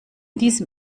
diesem